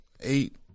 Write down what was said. Eight